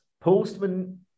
Postman